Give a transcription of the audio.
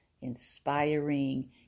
inspiring